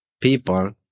people